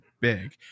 big